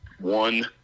one